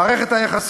שמעתי היום